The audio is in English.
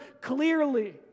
clearly